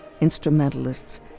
instrumentalists